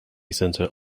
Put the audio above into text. center